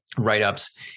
write-ups